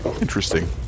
Interesting